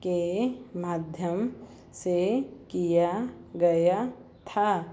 के माध्यम से किया गया था